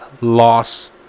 loss